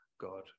god